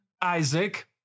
Isaac